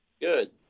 Good